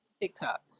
TikTok